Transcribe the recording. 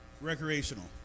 recreational